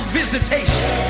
visitation